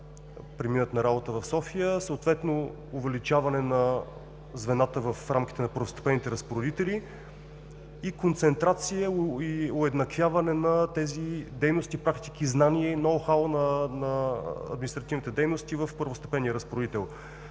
преминат на работа в София, съответно увеличаване на звената в рамките на първостепенните разпоредители, концентрация и уеднаквяване на тези дейности, практики, знание и ноу-хау на административните дейности в първостепенен разпоредител.